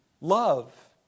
love